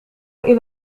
إلى